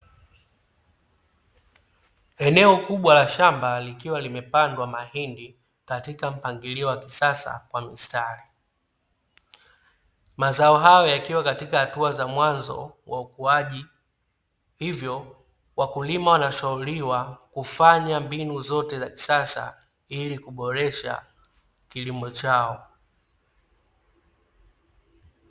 Eneo kubwa la shamba likiwa limepandwa mahindi katika mpangilio wa kisasa kwa mistari, mazao hayo yakiwa katika hatua za mwanzo wa ukuaji hivyo wakulima wanashauriwa kufanya mbinu zote za kisasa ili kuboresha kilimo chao.